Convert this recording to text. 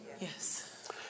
Yes